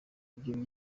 ibyo